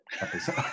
episode